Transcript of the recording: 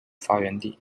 发源地